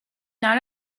not